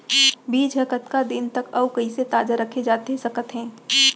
बीज ह कतका दिन तक अऊ कइसे ताजा रखे जाथे सकत हे?